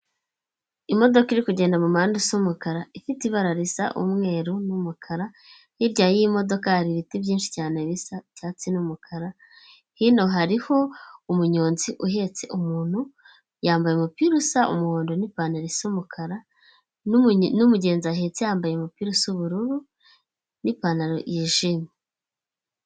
Imodoka iri kugenda mu muhanda usa umukara ifite ibara risa umweru n'umukara, hirya y'iyi modoka hari ibiti byinshi cyane bisa icyatsi n'umukara, hino hariho umunyonzi uhetse umuntu yambaye umupira usa umuhondo n'ipantaro isa umukara n'umugenzi ahetse yambaye umupira w'ubururu n'ipantaro yijimye.